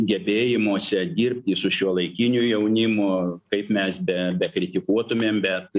gebėjimuose dirbti su šiuolaikiniu jaunimu kaip mes be bekritikuotumėm bet